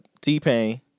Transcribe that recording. T-Pain